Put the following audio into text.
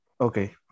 Okay